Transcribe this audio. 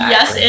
Yes